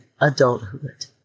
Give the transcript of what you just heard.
adulthood